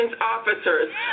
officers